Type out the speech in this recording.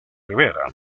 rivera